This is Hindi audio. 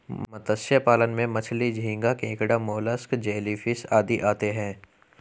मत्स्य पालन में मछली, झींगा, केकड़ा, मोलस्क, जेलीफिश आदि आते हैं